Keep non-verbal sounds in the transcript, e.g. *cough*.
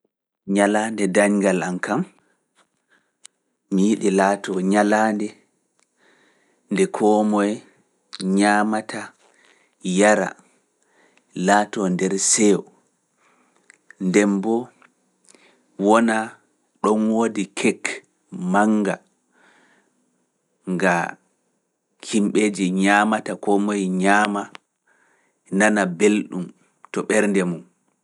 Nyalaande dañgal am kam, mi yiɗi laatoo nyalaande nde koo moye ñaamataa yara laatoo nder seyo. Nde mbo wona ɗoon woodi kek mannga ngaa himbeeji ñaamata, *hesitation* koo moye ñaama nana belɗum to ɓernde mum.